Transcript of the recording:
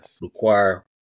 require